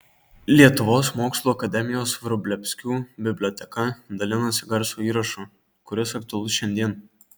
lietuvos mokslų akademijos vrublevskių biblioteka dalinasi garso įrašu kuris aktualus šiandien